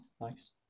nice